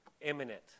imminent